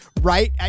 right